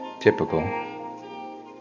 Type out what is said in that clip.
typical